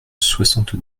soixante